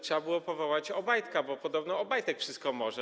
Trzeba było powołać Obajtka, bo podobno Obajtek wszystko może.